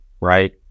right